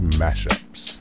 mashups